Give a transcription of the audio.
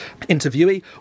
interviewee